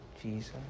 Jesus